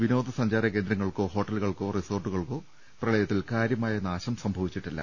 വിനോദ സഞ്ചാര കേന്ദ്ര ങ്ങൾക്കോ ഹോട്ടലുകൾക്കോ റിസോർട്ടുകൾക്കോ പ്രളയ ത്തിൽ കാര്യമായ നാശം സംഭവിച്ചിട്ടില്ല